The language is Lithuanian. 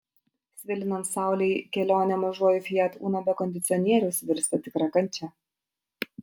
svilinant saulei kelionė mažuoju fiat uno be kondicionieriaus virsta tikra kančia